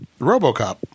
RoboCop